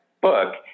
book